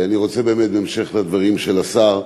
אני רוצה באמת, בהמשך לדברים של השר,